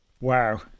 Wow